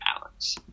Alex